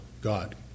God